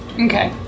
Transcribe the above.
Okay